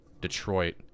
Detroit